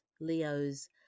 Leo's